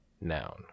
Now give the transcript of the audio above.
noun